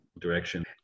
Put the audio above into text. direction